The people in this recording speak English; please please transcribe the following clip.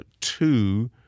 two